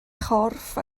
chorff